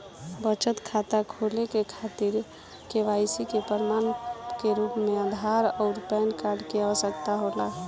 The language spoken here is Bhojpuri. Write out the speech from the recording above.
बचत खाता खोले के खातिर केवाइसी के प्रमाण के रूप में आधार आउर पैन कार्ड के आवश्यकता होला